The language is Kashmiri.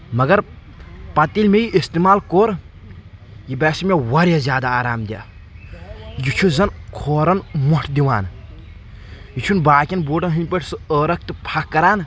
مگر پتہٕ ییٚلہِ مےٚ یہِ استعمال کوٚر یہِ باسیو مےٚ واریاہ زیادٕ آرام دیٚہہ یہِ چھُ زَن کھورن موٚٹھ دِوان یہِ چھُنہٕ باقٕین بوٹن ہنٛدۍ پٲٹھۍ عٲرق تہٕ فکھ کران